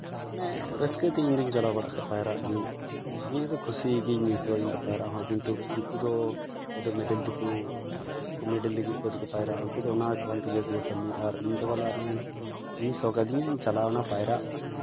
ᱢᱟᱱᱮ ᱨᱟᱹᱥᱠᱟᱹ ᱛᱮ ᱤᱧ ᱫᱚᱧ ᱪᱟᱞᱟᱜ ᱵᱟᱲᱟᱜ ᱠᱷᱟᱡ ᱯᱟᱭᱨᱟᱜ ᱜᱮ ᱱᱤᱭᱟᱹ ᱫᱚ ᱠᱷᱩᱥᱤ ᱜᱤᱧ ᱟᱹᱭᱠᱟᱹᱣᱟ ᱤᱧᱫᱚ ᱯᱟᱭᱨᱟᱜ ᱦᱚᱸ ᱠᱤᱱᱛᱩ ᱩᱱᱠᱩ ᱫᱚ ᱚᱠᱚᱭ ᱫᱚ ᱢᱮᱰᱮᱞ ᱛᱮᱠᱚ ᱩᱱᱠᱩ ᱢᱮᱰᱮᱞ ᱞᱟᱹᱜᱤᱫ ᱚᱠᱚᱭ ᱫᱚᱠᱚ ᱯᱟᱭᱨᱟᱜᱼᱟ ᱩᱱᱠᱩ ᱫᱚ ᱚᱱᱟ ᱠᱟᱱ ᱛᱟᱠᱚ ᱜᱮᱭᱟ ᱠᱟᱹᱢᱤ ᱟᱨ ᱤᱧᱫᱚ ᱵᱷᱟᱞᱟ ᱱᱚᱜᱼᱚᱸᱭ ᱤᱧ ᱥᱚᱠᱷ ᱟᱹᱫᱤᱧᱟᱹ ᱤᱧ ᱪᱟᱞᱟᱣ ᱮᱱᱟ ᱯᱟᱭᱨᱟᱜ